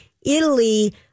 Italy